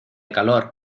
calor